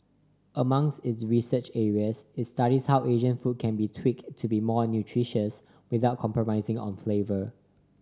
among its research areas it studies how Asian food can be tweaked to be more nutritious without compromising on flavour